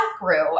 grew